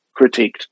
critiqued